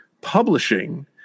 publishing